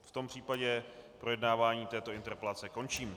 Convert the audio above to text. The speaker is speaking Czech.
V tom případě projednávání této interpelace končím.